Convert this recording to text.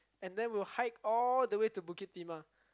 and then we'll hike all the way to Bukit-Timah